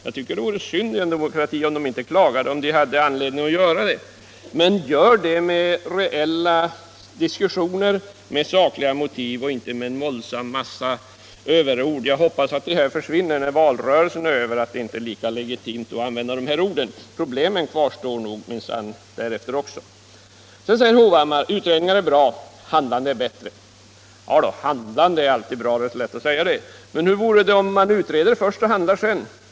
Jag tycker det vore synd i en demokrati att de inte klagade, om de hade anledning att göra det. Men gör det med reella diskussioner, med sakliga motiv, och inte med en massa våldsamma överord. Jag hoppas att dessa överord försvinner när valrörelsen är över, att det då inte är lika legitimt att använda dessa ord. Problemen kvarstår minsann därefter också. Så säger herr Hovhmmar att utredningar är bra, handlande är bättre. Ja då, handlande är alltid bra — det är så lätt att säga det. Men hur vore det om man utredde först och handlade sedan?